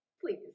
Please